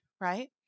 right